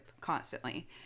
constantly